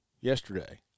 yesterday